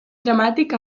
dramàtic